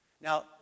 Now